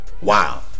Wow